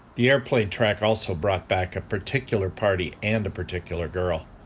the airplane track also brought back a particular party and a particular girl.